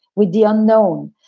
with the unknown,